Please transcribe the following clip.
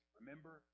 remember